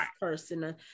person